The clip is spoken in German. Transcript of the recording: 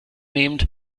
nehmend